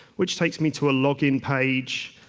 which takes me to a login page,